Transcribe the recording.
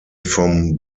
vom